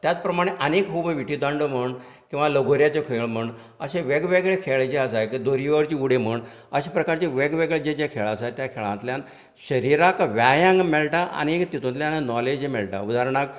त्याच प्रमाणे आनी एक हो विटी दांडू म्हण किंवां लगोऱ्यांचो खेळ म्हण अशें वेगवेगळें खेळ जे आसाय दोरी वयरची उडी म्हण अश प्रकारचें वेगवेगळें जे जे खेळ आसाय त्या खेळांतल्यान शरीराक व्यायाम मेळटा आनी तितूंतल्यान नाॅलेज मेळटा उदारणाक